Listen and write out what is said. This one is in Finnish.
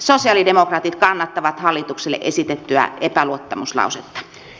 sosialidemokraatit kannattavat hallitukselle esitettyä epäluottamuslausetta